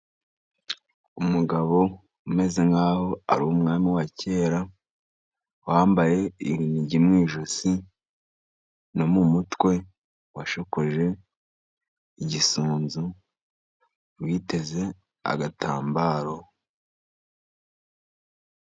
Umugabo umeze nk'aho ari umwami wa kera, wambaye inigi mu ijosi no mu mutwe, washokoje igisunzu, witeze agatambaro.